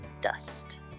Dust